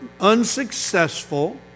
unsuccessful